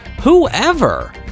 whoever